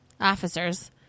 officers